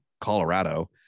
Colorado